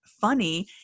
funny